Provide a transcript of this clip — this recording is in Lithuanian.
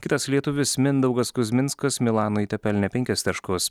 kitas lietuvis mindaugas kuzminskas milano ita pelnė penkis taškus